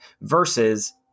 versus